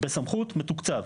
בסמכות, מתוקצב.